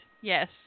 Yes